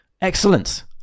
Excellent